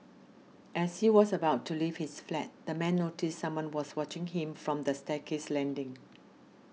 as he was about to leave his flat the man noticed someone was watching him from the staircase landing